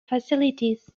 facilities